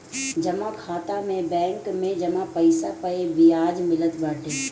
जमा खाता में बैंक में जमा पईसा पअ बियाज मिलत बाटे